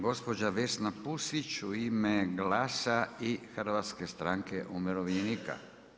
Gospođa Vesna Pusić u ime GLAS-a i Hrvatske sranke umirovljenika.